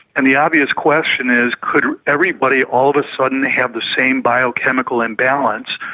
and the obvious question is could everybody all of a sudden have the same biochemical imbalance,